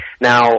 now